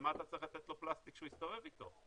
למה אתה צריך לתת לו פלסטיק שהוא יסתובב איתו?